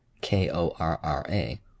K-O-R-R-A